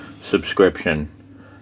subscription